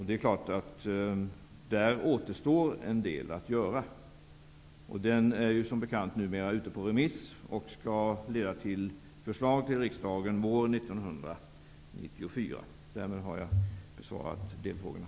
Det är klart att det återstår en del att göra i det avseendet. Som bekant är det materialet ute på remiss. Det skall leda till förslag till riksdagen våren 1994. Därmed har jag besvarat delfrågorna.